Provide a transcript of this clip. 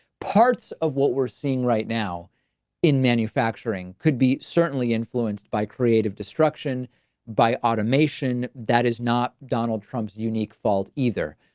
parts of what we're seeing right now in manufacturing could be certainly influenced by creative destruction by automation. that is not donald trump's unique fault either,